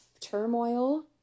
turmoil